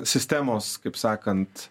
sistemos kaip sakant